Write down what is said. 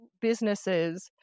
businesses